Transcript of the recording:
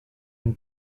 une